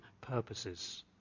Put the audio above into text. purposes